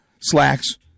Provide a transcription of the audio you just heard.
slacks